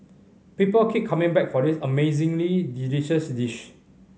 people keep coming back for this amazingly delicious dish